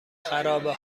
خرابه